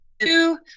two